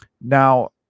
Now